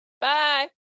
Bye